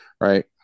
Right